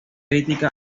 crítica